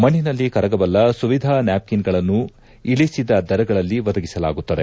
ಮಣ್ಣೆನಲ್ಲಿ ಕರಗಬಲ್ಲ ಸುವಿಧಾ ನ್ನಾಪ್ಕಿನ್ಗಳನ್ನು ಇಳಿಸಿದ ದರಗಳಲ್ಲಿ ಒದಗಿಸಲಾಗುತ್ತದೆ